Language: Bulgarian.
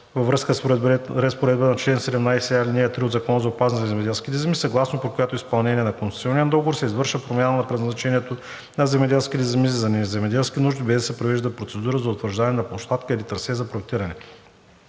във връзка с разпоредбата на чл. 17а, ал. 3 от Закона за опазване на земеделските земи, съгласно която при изпълнение на концесионен договор се извършва промяна на предназначението на земеделските земи за неземеделски нужди, без да се провежда процедура за утвърждаване на площадка или трасе за проектиране.